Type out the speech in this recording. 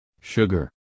Sugar